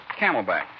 Camelback